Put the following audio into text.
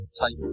type